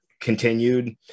continued